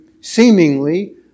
seemingly